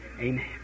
amen